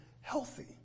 healthy